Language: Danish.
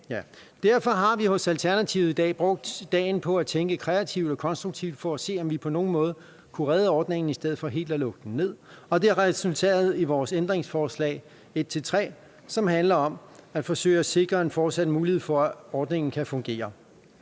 Derfor har vi i Alternativet brugt dagen i dag på at tænke kreativt og konstruktivt for at se, om vi på nogen måde kunne redde ordningen i stedet for helt at lukke den ned, og det er resulteret i vores ændringsforslag nr. 1-3, som handler om at forsøge at sikre en fortsat mulighed for, at ordningen kan fungere.